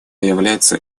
является